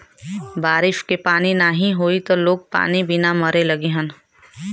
बारिश के पानी नाही होई त लोग पानी बिना मरे लगिहन